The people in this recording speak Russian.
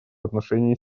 отношении